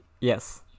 yes